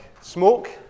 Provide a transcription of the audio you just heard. smoke